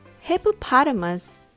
Hippopotamus